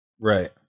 Right